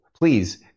Please